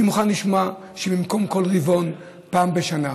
אני מוכן לשמוע שבמקום כל רבעון, פעם בשנה.